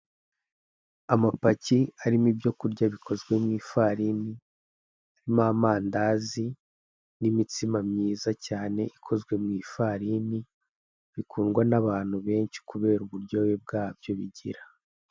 Amapaki arimo ibyo kurya bikoze mu ifarine, harimo amandazi, imitsima myiza cyane ikozwe mu ifarine, bikundwa n'abantu benshi kubera uburyohe bwabyo bigira.